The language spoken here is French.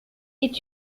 est